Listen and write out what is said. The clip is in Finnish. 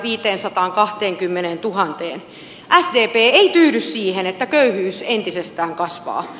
sdp ei tyydy siihen että köyhyys entisestään kasvaa